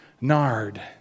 nard